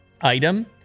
item